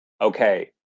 okay